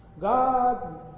God